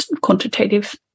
quantitative